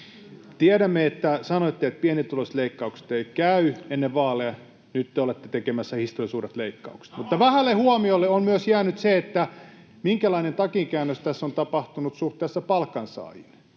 Tiedämme, että sanoitte ennen vaaleja, että pienituloisten leikkaukset eivät käy — nyt te olette tekemässä historiallisen suuret leikkaukset. Vähälle huomiolle on jäänyt myös se, minkälainen takinkäännös tässä on tapahtunut suhteessa palkansaajiin.